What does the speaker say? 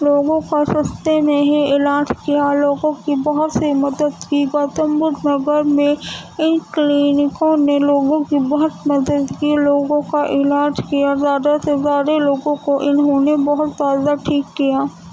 لوگوں کا سستے میں ہی علاج کیا لوگوں کی بہت سی مدد کی گوتم بدھ نگر میں ان کلینکوں نے لوگوں کی بہت مدد کی لوگوں کا علاج کیا زیادہ سے زیادہ لوگوں کو انہوں نے بہت زیادہ ٹھیک کیا